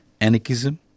Anarchism